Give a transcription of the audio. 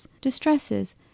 distresses